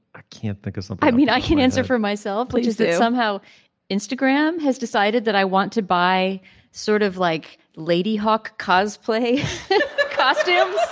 i can't because um i mean i can't answer for myself which is that somehow instagram has decided that i want to buy sort of like lady hawk cause play costumes.